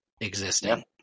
existing